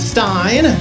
Stein